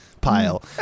Pile